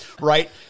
right